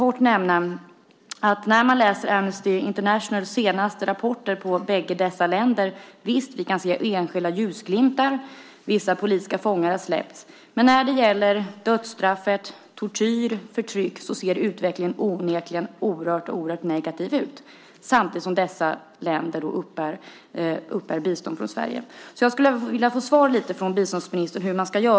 I Amnesty Internationals senaste rapporter om dessa båda länder kan vi visst se enskilda ljusglimtar - vissa politiska fångar har släppts - men när vi ser till dödsstraff, tortyr och så vidare ser vi en negativ utveckling. Samtidigt uppbär dessa länder bistånd från Sverige. Jag skulle vilja att biståndsministern svarar på hur man ska göra.